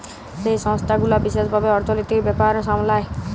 যেই সংস্থা গুলা বিশেস ভাবে অর্থলিতির ব্যাপার সামলায়